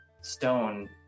stone